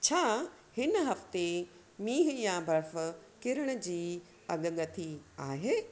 छा हिन हफ़्ते मींहं या बर्फ़ किरण जी अॻकथी आहे